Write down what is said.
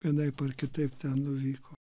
vienaip ar kitaip ten nuvyko